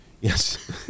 Yes